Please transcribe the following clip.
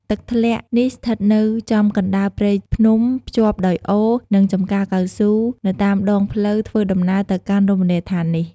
ទឹកធ្លាក់នេះស្ថិតនៅចំកណ្តាលព្រៃភ្នំភ្ជាប់ដោយអូរ និងចំការកៅស៊ូនៅតាមដងផ្លូវធ្វើដំណើរទៅកាន់រមណីយដ្ឋាននេះ។